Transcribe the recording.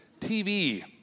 TV